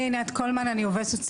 אני עינת קולמן, עו"ס.